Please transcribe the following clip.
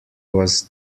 was